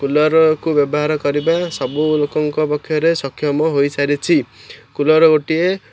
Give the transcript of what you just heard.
କୁଲର୍କୁ ବ୍ୟବହାର କରିବା ସବୁ ଲୋକଙ୍କ ପକ୍ଷରେ ସକ୍ଷମ ହୋଇସାରିଛି କୁଲର୍ ଗୋଟିଏ